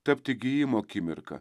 tapti gijimo akimirka